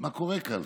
מה קורה כאן?